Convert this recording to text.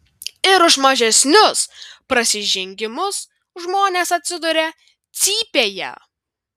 ir už mažesnius prasižengimus žmonės atsiduria cypėje